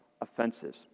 offenses